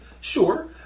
Sure